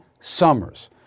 Summers